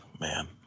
man